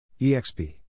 EXP